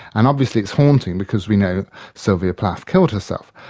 and obviously it's haunting because we know sylvia plath killed herself,